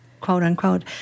quote-unquote